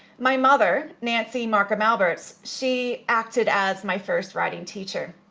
my mother, nancy markham alberts, she acted as my first writing teacher.